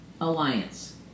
Alliance